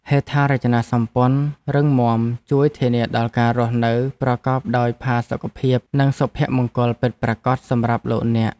ហេដ្ឋារចនាសម្ព័ន្ធរឹងមាំជួយធានាដល់ការរស់នៅប្រកបដោយផាសុកភាពនិងសុភមង្គលពិតប្រាកដសម្រាប់លោកអ្នក។